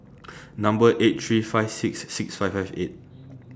Number eight three five six six five five eight